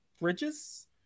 Bridges